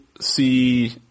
see